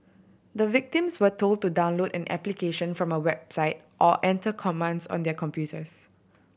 the victims were told to download an application from a website or enter commands on their computers